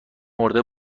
مرده